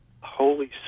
Holy